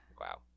Wow